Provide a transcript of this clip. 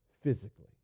physically